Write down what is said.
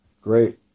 Great